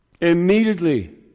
immediately